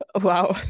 Wow